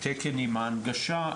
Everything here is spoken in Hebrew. התקן עם ההנגשה יפורסם,